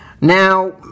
Now